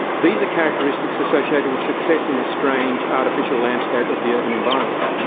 these are characteristics associated with success in the strange artificial landscape of the urban environment.